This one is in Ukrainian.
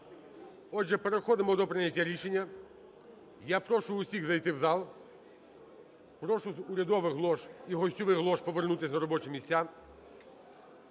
Отже, переходимо до прийняття рішення. Я прошу всіх зайти в зал. Прошу з урядових лож і гостьових лож повернутись на робочі місця.